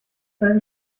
deine